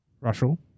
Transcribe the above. Russell